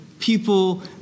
people